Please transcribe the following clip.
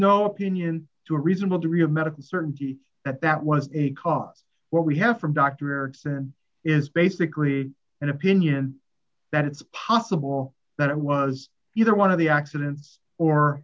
no opinion to a reasonable degree of medical certainty that that was a cost what we have from dr erickson is basically an opinion that it's possible that it was either one of the accidents or